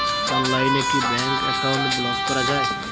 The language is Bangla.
অনলাইনে কি ব্যাঙ্ক অ্যাকাউন্ট ব্লক করা য়ায়?